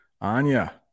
anya